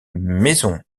maison